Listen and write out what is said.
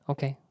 Okay